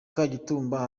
kagitumba